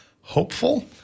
hopeful